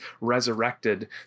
resurrected